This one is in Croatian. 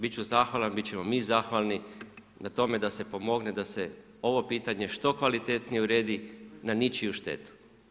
Biti ću zahvalan, biti ćemo mi zahvalni, na tome da se pomogne, da se ovo pitanje što kvalitetnije uredi na ničiju štetu.